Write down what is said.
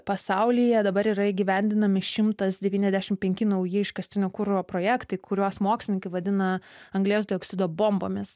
pasaulyje dabar yra įgyvendinami šimtas devyniasdešim penki nauji iškastinio kuro projektai kuriuos mokslininkai vadina anglies dioksido bombomis